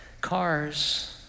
cars